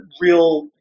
real